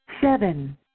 Seven